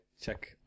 check